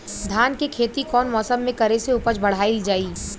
धान के खेती कौन मौसम में करे से उपज बढ़ाईल जाई?